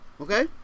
Okay